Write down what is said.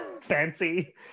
fancy